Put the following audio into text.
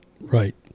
Right